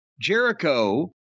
Jericho